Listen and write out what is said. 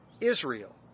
Israel